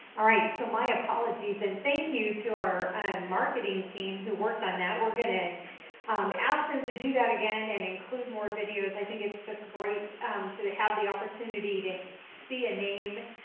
all right, so my apologies, and thank you to our marketing team who worked on that. we're gonna um ask them to do that again and include more videos. i think it's just great um to to have the opportunity to see a name